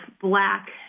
black